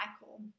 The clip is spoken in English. cycle